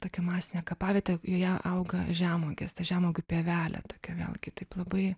tokia masinė kapavietė joje auga žemuogės ta žemuogių pievelė tokia vėlgi taip labai